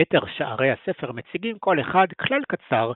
יתר שערי הספר מציגים כל אחד כלל קצר,